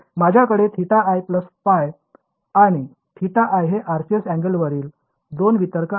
माझ्याकडे θi π आणि θi हे RCS अँगलवरील 2 वितर्क आहेत